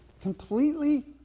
completely